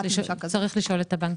יש לשאול את הבנקים.